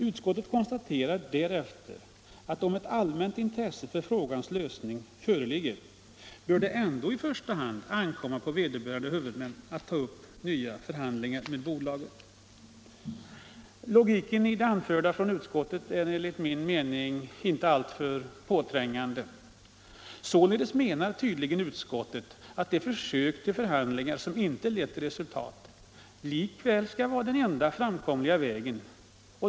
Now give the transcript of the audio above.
Utskottet konstaterar därefter att om ett allmänt intresse för frågans lösning föreligger bör det ändå i första hand ankomma på vederbörande huvudmän att ta upp nya förhandlingar med bolaget. Logiken i det som utskottet anfört är enligt min mening inte alltför påträngande. Således menar tydligen utskottet att de försök till förhandlingar, som inte lett till resultat, skulle vara den enda framkomliga vägen.